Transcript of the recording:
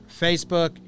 Facebook